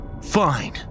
Fine